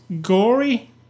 gory